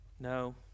No